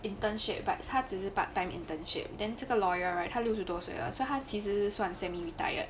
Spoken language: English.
internship but 他只是 part time internship then 这个 lawyer right 他六十多岁了所以他其实算 semi retired